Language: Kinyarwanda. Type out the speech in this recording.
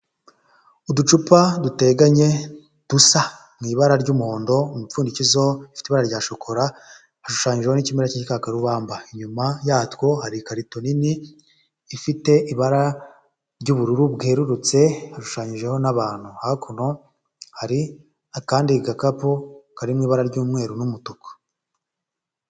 Uducupa duteganye dusa mu ibara ry'umuhondo umupfundikizo ufite ibara rya shokora, hashushanyije n'ikimera k'igikakarubamba, inyuma yatwo hari ikarito nini ifite ibara ry'ubururu bwerurutse hashushanyijeho n'abantu, hakuno hari akandi gakapu kari mu ibara ry'umweru n'umutuku.